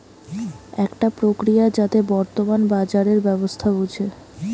একটা প্রক্রিয়া যাতে বর্তমান বাজারের ব্যবস্থা বুঝে